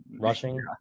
Rushing